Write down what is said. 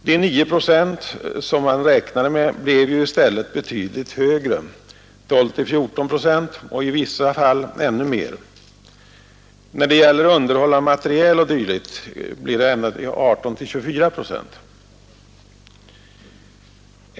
De 9 procent som man räknade med blev ju i stället betydligt mera, 12—14 procent och i vissa fall ännu mer. När det gäller underhåll av materiel o. d. rör det sig om ända upp till 18—24 procent.